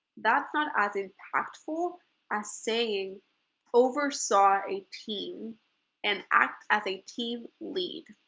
that's not as impactful as saying oversaw a team and act as a team lead